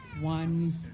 one